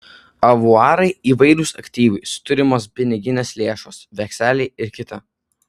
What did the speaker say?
avuarai įvairūs aktyvai turimos piniginės lėšos vekseliai ir kita